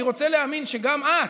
אני רוצה להאמין שגם את,